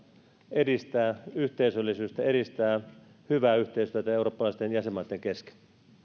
edistää yhteisöllisyyttä edistää hyvää yhteistyötä eurooppalaisten jäsenmaitten kesken